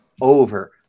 over